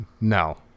No